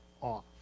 off